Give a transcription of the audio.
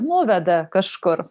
nuveda kažkur